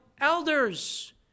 elders